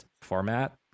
format